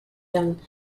young